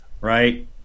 right